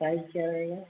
size क्या रहेगा